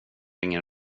ingen